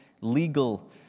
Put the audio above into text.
legal